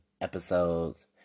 episodes